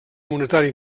monetari